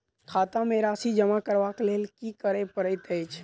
खाता मे राशि जमा करबाक लेल की करै पड़तै अछि?